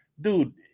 Dude